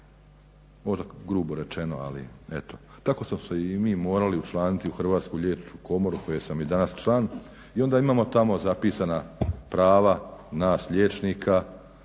možda grubo rečeno ali eto. Tako smo se i mi morali učlaniti u Hrvatsku liječničku komoru koje sam i danas član. I onda imao tamo zapisana prava nas liječnika,